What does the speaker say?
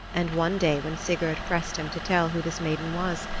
and one day when sigurd pressed him to tell who this maiden was,